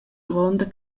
gronda